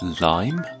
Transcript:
lime